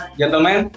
gentlemen